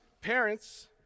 parents